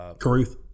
Caruth